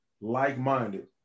like-minded